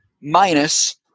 minus